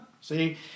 see